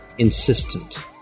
insistent